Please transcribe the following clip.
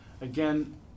again